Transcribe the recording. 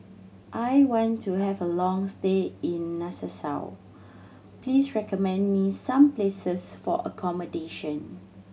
I want to have a long stay in Nassau please recommend me some places for accommodation